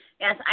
Yes